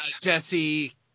Jesse